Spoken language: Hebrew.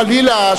חלילה,